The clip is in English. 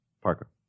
Parker